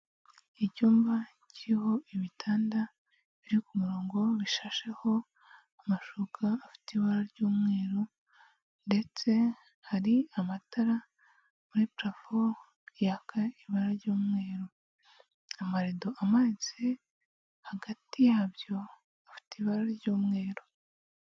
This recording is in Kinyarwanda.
Icyumba kiriho ibitanda biri ku murongo bishasheho amashuka afite ibara ry'umweru, ndetse hari amatara muri parafo yaka ibara ry'umweru, amaredo amanitse hagati yabyo afite ibara ry'umweru.